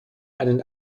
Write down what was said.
einen